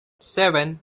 seven